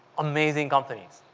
amazing companies,